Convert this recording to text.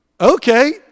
Okay